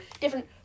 different